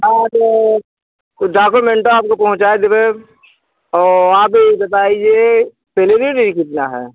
हाँ तो ऊ डाकुमेंटवा आपको पहोंचाए देबै औ आप ये बताइए सैलरी ओलरी कितना है